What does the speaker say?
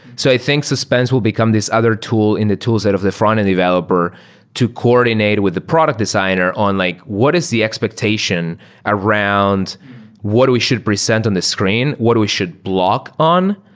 so i think suspense will become this other tool in the toolset of the frontend developer to coordinate with the product designer on like what is the expectation around what we should present on the screen, what we should block on?